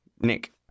Nick